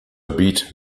beit